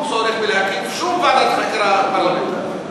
צורך להקים שום ועדת חקירה פרלמנטרית.